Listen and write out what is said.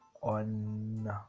on